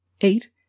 Eight